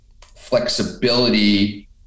flexibility